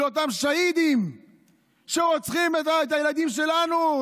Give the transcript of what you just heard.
לאותם שהידים שרוצחים את הילדים שלנו,